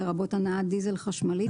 לרבות הנעת דיזל חשמלית,